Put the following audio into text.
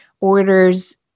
orders